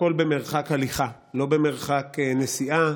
והכול במרחק הליכה, לא במרחק נסיעה,